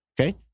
Okay